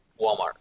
Walmart